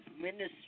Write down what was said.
Minister